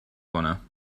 کنم